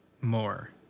more